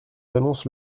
annonce